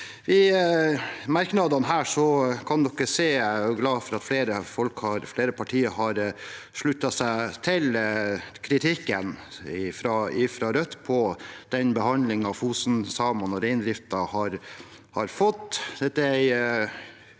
for. Jeg er glad for at flere partier har sluttet seg til kritikken fra Rødt på den behandlingen Fosen-samene og reindriften har fått.